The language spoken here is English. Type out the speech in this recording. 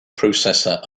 processor